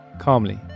Calmly